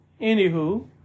anywho